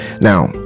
now